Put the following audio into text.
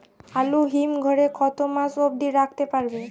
আলু হিম ঘরে কতো মাস অব্দি রাখতে পারবো?